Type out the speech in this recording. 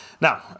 Now